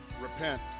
Repent